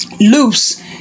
loose